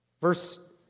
Verse